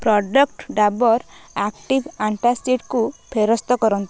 product Dabur active ଆଣ୍ଟାସିଡ଼୍କୁ ଫେରସ୍ତ କରନ୍ତୁ